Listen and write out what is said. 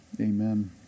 amen